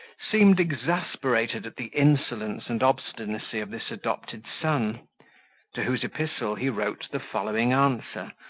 seemed exasperated at the insolence and obstinacy of this adopted son to whose epistle he wrote the following answer,